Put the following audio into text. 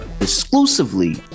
exclusively